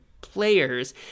players